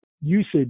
usage